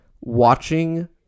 Watching